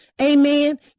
Amen